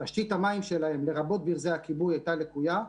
תשתית המים שלהם, לרבות ברזי הכיבוי, הייתה לקויה,